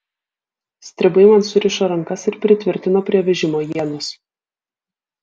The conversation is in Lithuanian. stribai man surišo rankas ir pritvirtino prie vežimo ienos